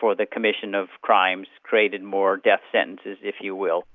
for the commission of crimes creating more death sentences if you will.